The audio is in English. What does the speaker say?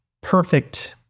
perfect